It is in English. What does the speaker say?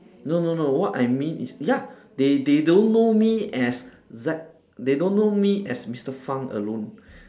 no no no what I mean is ya they they don't know me as Z~ they don't know me as Mister Fang alone